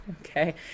okay